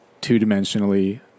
two-dimensionally